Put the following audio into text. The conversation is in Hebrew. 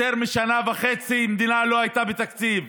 יותר משנה וחצי המדינה הייתה בלי תקציב.